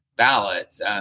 ballots